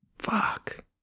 fuck